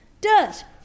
Dirt